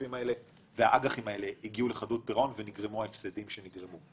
הגופים האלה והאג"חים האלה הגיעו לחדלות פירעון ונגרמו ההפסדים שנגרמו?